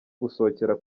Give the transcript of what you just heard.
gusohokera